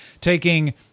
taking